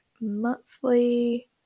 Monthly